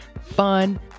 fun